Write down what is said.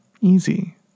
easy